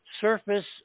surface